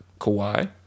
Kawhi